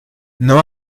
não